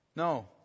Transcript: No